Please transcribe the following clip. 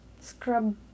scrub